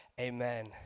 amen